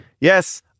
yes